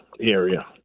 area